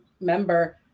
member